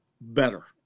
better